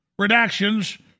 redactions